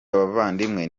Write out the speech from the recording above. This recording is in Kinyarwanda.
abavandimwe